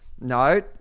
No